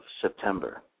September